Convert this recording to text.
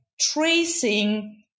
tracing